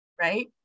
right